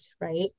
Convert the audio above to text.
right